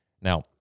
Now